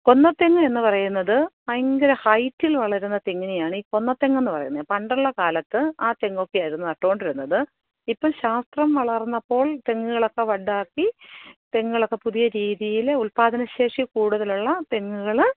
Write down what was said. കൊന്നത്തെങ്ങ് എന്ന് പറയുന്നത് ഭയങ്കര ഹൈറ്റിൽ വളരുന്ന തെങ്ങിനെയാണ് ഈ കൊന്ന തെങ്ങെന്ന് പറയുന്നത് പണ്ടുള്ള കാലത്ത് ആ തെങ്ങൊക്കെയായിരുന്നു നട്ടുകൊണ്ടിരുന്നത് ഇപ്പം ശാസ്ത്രം വളർന്നപ്പോൾ തെങ്ങുകളൊക്കെ ബഡ് ആക്കി തെങ്ങുകളൊക്കെ പുതിയ രീതിയിൽ ഉത്പാദനശേഷി കൂടുതലുള്ള തെങ്ങുകൾ